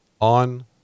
on